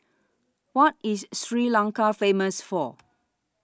What IS Sri Lanka Famous For